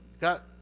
got